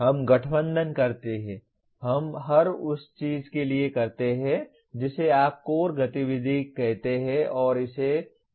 हम गठबंधन करते हैं हम हर उस चीज के लिए करते हैं जिसे आप कोर गतिविधि कहते हैं और इसे कोर्स या प्रोजेक्ट कहते हैं